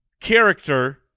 character